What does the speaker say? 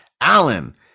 Allen